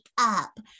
up